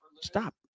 Stop